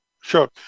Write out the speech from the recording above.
Sure